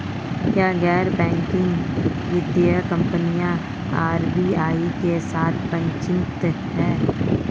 क्या गैर बैंकिंग वित्तीय कंपनियां आर.बी.आई के साथ पंजीकृत हैं?